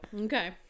okay